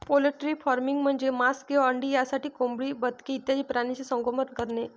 poultry farming म्हणजे मांस किंवा अंडी यासाठी कोंबडी, बदके इत्यादी प्राण्यांचे संगोपन करणे